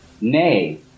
Nay